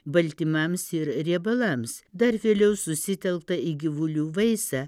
baltymams ir riebalams dar vėliau susitelkta į gyvulių vaisę